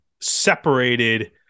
separated